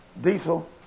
diesel